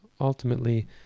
ultimately